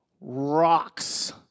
Rocks